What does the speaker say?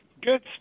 Good